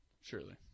surely